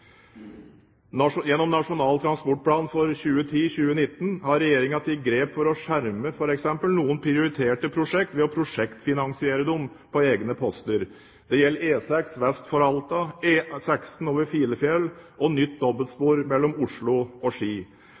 Gjennom Nasjonal transportplan 2010–2019 har Regjeringen tatt grep for å skjerme noen prioriterte prosjekter ved å prosjektfinansiere dem på egne poster. Det gjelder E6 vest for Alta, E16 over Filefjell og nytt dobbeltspor mellom Oslo og Ski.